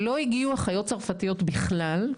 לא הגיעו אחיות צרפתיות בכלל,